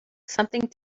something